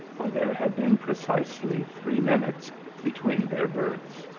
for there had been precisely three minutes between their births.